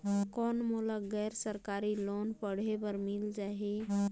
कौन मोला गैर सरकारी लोन पढ़े बर मिल जाहि?